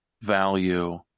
value